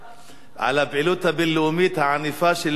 על הפעילות הבין-לאומית הענפה שלו היום